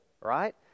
right